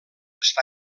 està